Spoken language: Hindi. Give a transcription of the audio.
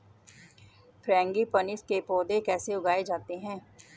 फ्रैंगीपनिस के पौधे कैसे उगाए जाते हैं?